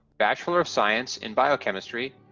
bachelor of science in biochemistry.